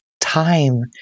time